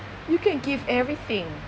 you can't give everything